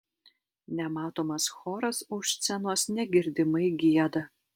nematomas choras už scenos negirdimai gieda